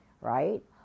right